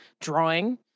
drawing